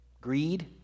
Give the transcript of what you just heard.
greed